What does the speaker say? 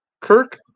Kirk